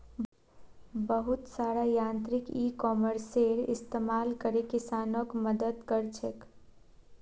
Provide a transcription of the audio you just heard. बहुत सारा यांत्रिक इ कॉमर्सेर इस्तमाल करे किसानक मदद क र छेक